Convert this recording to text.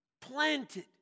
planted